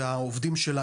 והעובדים שלה,